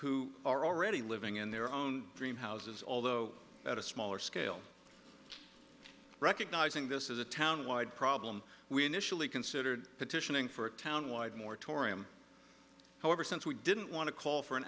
who are already living in their own dream houses although at a smaller scale recognizing this is a town wide problem we initially considered petitioning for a town wide moratorium however since we didn't want to call for an